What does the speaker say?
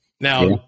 Now